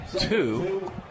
two